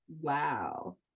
Wow